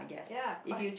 ya quite